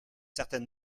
certain